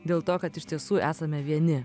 dėl to kad iš tiesų esame vieni